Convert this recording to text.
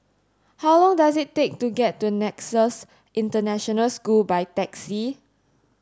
how long does it take to get to Nexus International School by taxi